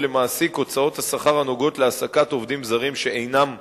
למעסיק הוצאות השכר הנוגעות להעסקת עובדים זרים שאינם חוקיים,